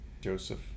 Joseph